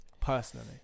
Personally